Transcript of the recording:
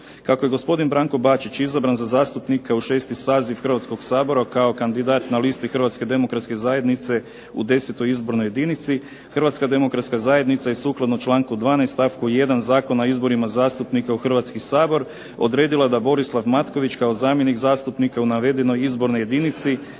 Kako je gospodin Branko Bačić izabran za zastupnika u 6. saziv Hrvatskog sabora kao kandidat na listi Hrvatske demokratske zajednice u 10. izbornoj jedinici, Hrvatska demokratska zajednica je sukladno članku 12. stavku 1. Zakona o izborima zastupnika u Hrvatski sabor odredila da Borislav Matković kao zamjenik zastupnika u navedenoj izbornoj jedinici